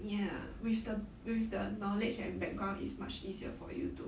ya with the with the knowledge and background it's much easier for you to